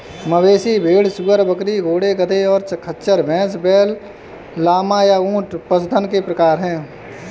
मवेशी, भेड़, सूअर, बकरी, घोड़े, गधे, और खच्चर, भैंस, बैल, लामा, या ऊंट पशुधन के प्रकार हैं